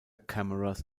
cameras